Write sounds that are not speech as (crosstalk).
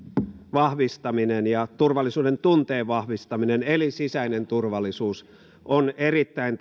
vahvistaminen ja turvallisuudentunteen vahvistaminen eli sisäinen turvallisuus ovat erittäin (unintelligible)